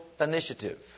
initiative